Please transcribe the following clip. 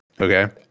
Okay